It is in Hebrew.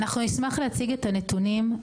אנחנו נשמח להציג את הנתונים.